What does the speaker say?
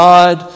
God